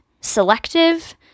selective